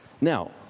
now